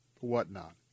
whatnot